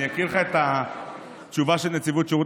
אני אקריא לך את התשובה של נציבות שירות